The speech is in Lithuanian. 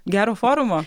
gero forumo